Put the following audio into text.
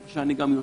איפה שאני גם יושב.